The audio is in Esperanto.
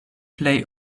plej